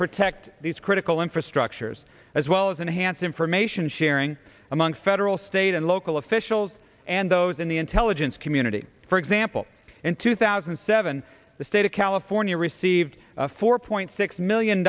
protect these critical infrastructures as well as enhanced information sharing among federal state and local officials and those in the intelligence community for example in two thousand and seven the state of california received four point six million